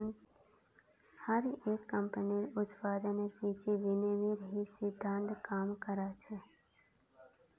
हर एक कम्पनीर उत्पादेर पीछे विनिमयेर ही सिद्धान्त काम कर छे